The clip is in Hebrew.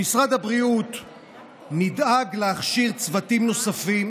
במשרד הבריאות נדאג להכשיר צוותים נוספים